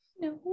no